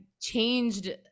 changed